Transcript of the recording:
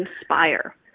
inspire